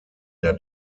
der